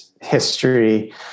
history